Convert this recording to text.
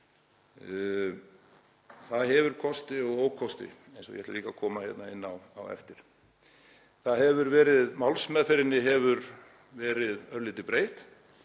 Það hefur kosti og ókosti eins og ég ætla líka að koma inn á á eftir. Málsmeðferðinni hefur verið örlítið breytt.